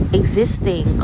existing